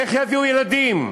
איך יביאו ילדים?